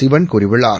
சிவன் கூறியுள்ளார்